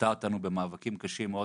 וליוותה אותנו במאבקים קשים מאוד